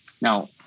now